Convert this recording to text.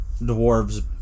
dwarves